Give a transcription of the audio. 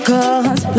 Cause